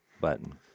button